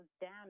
down